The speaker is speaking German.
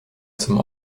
zum